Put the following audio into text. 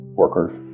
workers